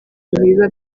ntibiba